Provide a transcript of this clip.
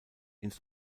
ins